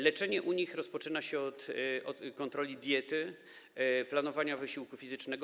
Leczenie u nich rozpoczyna się od kontroli diety, planowania wysiłku fizycznego.